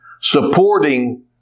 supporting